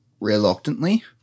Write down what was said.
Reluctantly